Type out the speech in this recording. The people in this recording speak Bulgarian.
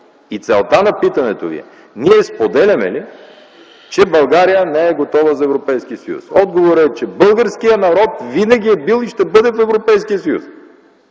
и целта на питането ви е ние споделяме ли, че България не е готова за Европейския съюз. Отговорът е, че българският народ винаги е бил и ще бъде в Европейския съюз,